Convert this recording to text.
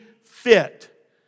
fit